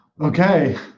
Okay